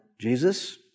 Jesus